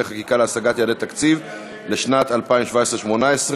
חקיקה ליישום המדיניות הכלכלית לשנות התקציב 2017 ו-2018),